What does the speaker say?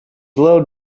low